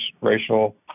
racial